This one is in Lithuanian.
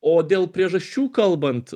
o dėl priežasčių kalbant